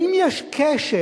האם יש קשר